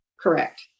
Correct